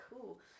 cool